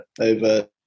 over